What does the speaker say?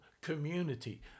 community